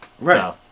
right